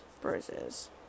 bruises